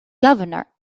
governor